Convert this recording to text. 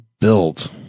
built